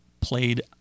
played